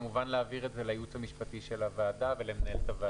כמובן להעביר את זה לייעוץ המשפטי של הוועדה ולמנהלת הוועדה.